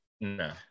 No